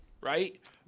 right